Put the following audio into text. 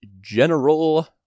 general